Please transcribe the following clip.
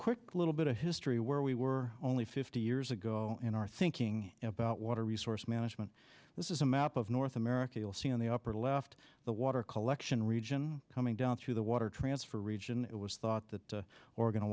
quick little bit of history where we were only fifty years ago in our thinking about water resource management this is a map of north america you'll see on the upper left the water collection region coming down through the water transfer region it was thought that oregon